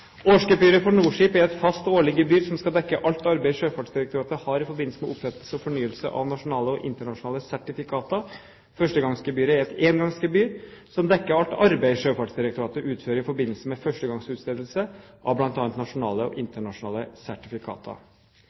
Årsgebyret for NOR-skip er et fast årlig gebyr som skal dekke alt arbeid Sjøfartsdirektoratet har i forbindelse med opprettelse og fornyelse av nasjonale og internasjonale sertifikater. Førstegangsgebyret er et engangsgebyr som dekker alt arbeid Sjøfartsdirektoratet utfører i forbindelse med førstegangsutstedelse av bl.a. nasjonale og internasjonale sertifikater.